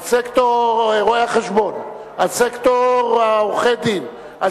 על סקטור רואי-החשבון, על סקטור עורכי-הדין.